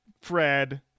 Fred